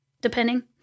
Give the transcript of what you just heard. depending